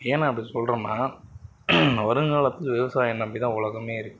ஏன் நான் அப்படி சொல்கிறேன்னா வருங்காலத்தில் விவசாயியை நம்ம தான் உலகமே இருக்குது